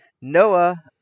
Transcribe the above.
Noah